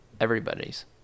everybody's